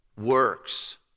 works